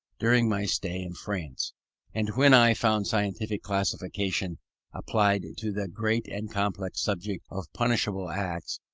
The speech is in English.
during my stay in france and when i found scientific classification applied to the great and complex subject of punishable acts,